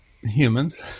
humans